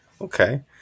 Okay